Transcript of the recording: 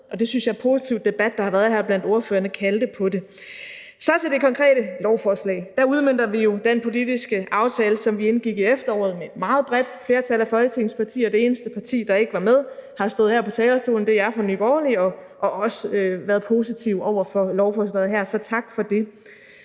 og det synes jeg er positivt – debat, der har været her blandt ordførerne, kaldte på det. Hvad angår det konkrete lovforslag, udmønter vi jo den politiske aftale, som vi indgik i efteråret med et meget bredt flertal af Folketingets partier. Det eneste parti, der ikke var med, er Nye Borgerlige, som har stået her på talerstolen og også været positive over for lovforslaget her – så tak for det.